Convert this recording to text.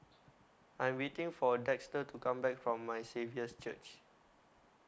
I Am waiting For Dexter to Come Back from My Saviour's Church